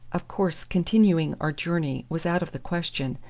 of course, continuing our journey was out of the question,